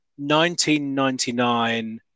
1999